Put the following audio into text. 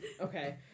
Okay